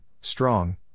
strong